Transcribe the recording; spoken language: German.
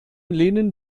lehnen